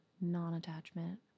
non-attachment